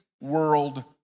world